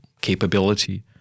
capability